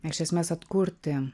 iš esmės atkurti